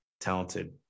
talented